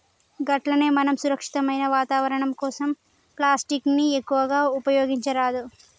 గట్లనే మనం సురక్షితమైన వాతావరణం కోసం ప్లాస్టిక్ ని ఎక్కువగా ఉపయోగించరాదు